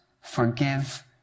forgive